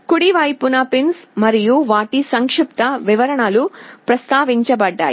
కుడి వైపున పిన్స్ మరియు వాటి సంక్షిప్త వివరణలు ప్రస్తావించబడ్డాయి